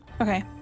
Okay